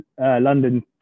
London